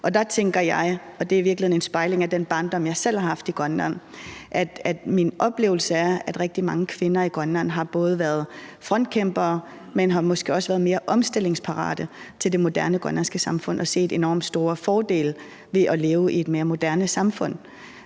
og der tænker jeg, at det i virkeligheden er en spejling af den barndom, jeg selv har haft i Grønland. Min oplevelse er, at rigtig mange af de kvinder i Grønland, der har været frontkæmpere, måske også har været mere omstillingsparate til det moderne grønlandske samfund og har kunnet se de enormt store fordele, der er ved at leve i et mere moderne samfund.